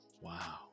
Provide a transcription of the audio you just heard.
Wow